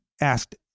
asked